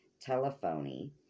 telephony